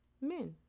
men